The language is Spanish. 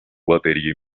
batería